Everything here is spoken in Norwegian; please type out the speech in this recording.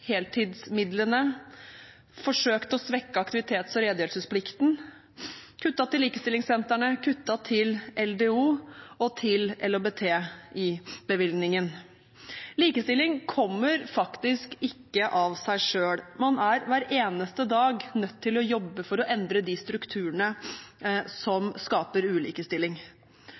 heltidsmidlene, forsøkt å svekke aktivitets- og redegjørelsesplikten, kuttet i likestillingssentrene, kuttet i bevilgningen til Likestillings- og diskrimineringsombudet, LDO, og i bevilgningen til LHBT. Likestilling kommer faktisk ikke av seg selv. Man er hver eneste dag nødt til å jobbe for å endre de strukturene som skaper